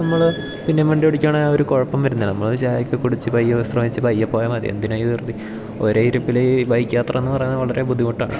നമ്മള് പിന്നേം വണ്ടി ഓടിക്കുവാണേൽ ആ ഒരു കുഴുപ്പം വരുന്ന നമ്മള് ചായ ഒക്കെ കുടിച്ച് പയ്യെ വിശ്രമിച്ച് പയ്യെ പോയാൽ മതി എന്തിനായി ധൃതി ധൃതി ഒരേ ഇരുപ്പില് ഈ ബൈക്ക് യാത്ര എന്ന് പറയുന്നത് വളരെ ബുദ്ധിമുട്ടാണ്